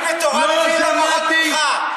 למה אתה אומר את זה?